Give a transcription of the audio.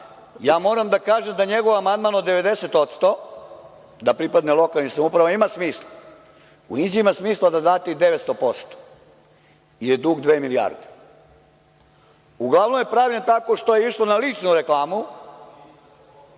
ja moram da kažem da njegov amandman od 90% da pripadne lokalnim samoupravama ima smisla. Ima smisla da date i 900%, jer je dug dve milijarde. Uglavnom je pravljen tako što je išlo na ličnu reklamu